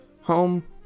Home